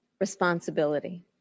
responsibility